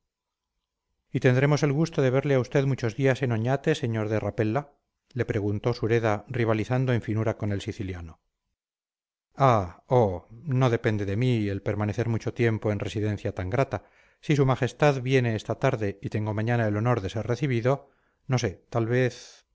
y tendremos el gusto de verle a usted muchos días en oñate sr de rapella le preguntó sureda rivalizando en finura con el siciliano ah oh no depende de mí el permanecer mucho tiempo en residencia tan grata si su majestad viene esta tarde y tengo mañana el honor de ser recibido no sé tal vez